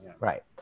Right